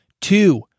Two